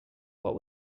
what